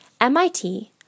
MIT